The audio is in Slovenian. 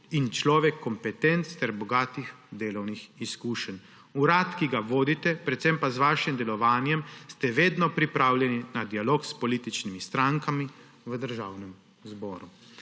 in človek kompetenc ter bogatih delovnih izkušenj. Urad, ki ga vodite, predvsem pa vi s svojim delovanjem ste vedno pripravljeni na dialog s političnimi strankami v Državnem zboru.